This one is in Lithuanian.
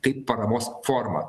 kaip paramos forma